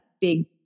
big